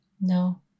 No